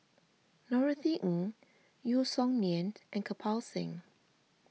Norothy Ng Yeo Song Nian and Kirpal Singh